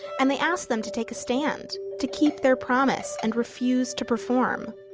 and they asked them to take a stand, to keep their promise, and refuse to perform